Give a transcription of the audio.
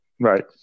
Right